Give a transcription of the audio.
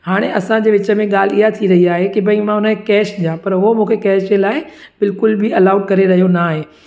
हाणे असांजे विच में ॻाल्हि इहा थी रही आहे की भाई मां उन खे कैश ॾियां पर हो मूंखे कैश जे लाइ बिल्कुलु बि अलाउ करे रहियो न आहे